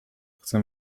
chcę